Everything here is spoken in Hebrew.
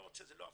זה לא הפורום,